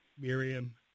Miriam